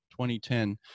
2010